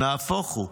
נהפוך הוא,